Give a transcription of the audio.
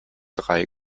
drei